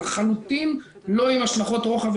לחלוטין לא עם השלכות רוחב.